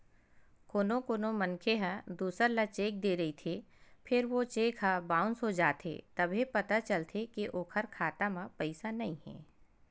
कोनो कोनो मनखे ह दूसर ल चेक दे रहिथे फेर ओ चेक ह बाउंस हो जाथे तभे पता चलथे के ओखर खाता म पइसा नइ हे